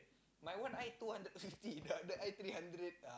my one eye two hundred fifty the other eye three hundred ah